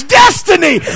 destiny